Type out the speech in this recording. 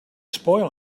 spoil